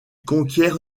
conquiert